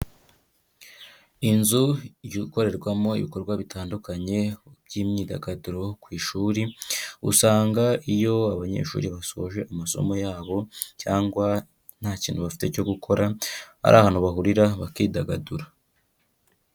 Inzu ikorerwamo ibikorwa bitandukanye by'imyidagaduro ku ishuri, usanga iyo abanyeshuri basoje amasomo yabo cyangwa nta kintu bafite cyo gukora hari ahantu bahurira bakidagadura.